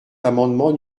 l’amendement